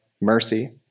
mercy